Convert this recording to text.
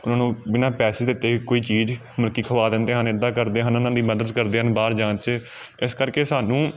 ਉਹਨਾਂ ਨੂੰ ਬਿਨਾਂ ਪੈਸੇ ਦਿੱਤੇ ਕੋਈ ਚੀਜ਼ ਮਲਤਬ ਕਿ ਖਵਾ ਦਿੰਦੇ ਹਨ ਇੱਦਾਂ ਕਰਦੇ ਹਨ ਉਹਨਾਂ ਦੀ ਮਦਦ ਕਰਦੇ ਹਨ ਬਾਹਰ ਜਾਣ 'ਚ ਇਸ ਕਰਕੇ ਸਾਨੂੰ